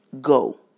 Go